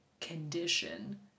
condition